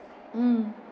hmm